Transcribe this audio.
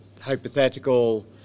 hypothetical